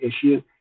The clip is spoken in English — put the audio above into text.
issue